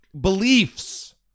beliefs